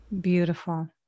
beautiful